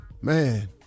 Man